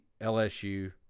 LSU